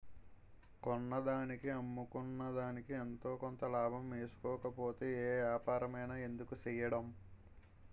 కొన్నదానికి అమ్ముకునేదికి ఎంతో కొంత లాభం ఏసుకోకపోతే ఏ ఏపారమైన ఎందుకు సెయ్యడం?